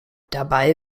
dabei